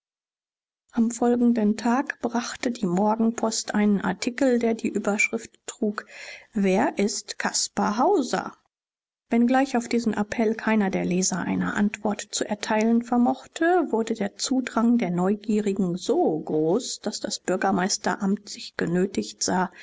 am folgenden tag brachte die morgenpost einen artikel der die überschrift trug wer ist caspar hauser wenngleich auf diesen appell keiner der leser eine antwort zu erteilen vermochte wurde der zudrang der neugierigen so groß daß das bürgermeisteramt sich genötigt sah